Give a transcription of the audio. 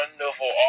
wonderful